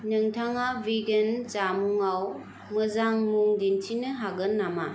नोंथाङा भेगान जामुंआव मोजां मुं दिन्थिनो हागोन नामा